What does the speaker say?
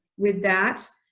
with that,